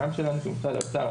גם של משרד האוצר.